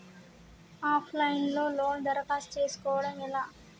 Of line లో loan దరఖాస్తు చేసుకోవడం ఎలా?